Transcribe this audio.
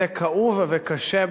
נושא כאוב וקשה,